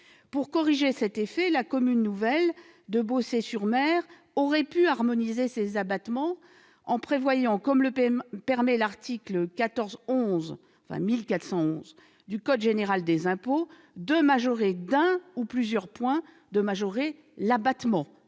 Pour corriger cet effet, la commune nouvelle de Beaussais-sur-Mer aurait pu harmoniser ses abattements en prévoyant, comme le permet l'article 1411 du code général des impôts, de majorer d'un ou de plusieurs points l'abattement